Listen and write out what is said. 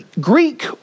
Greek